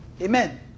Amen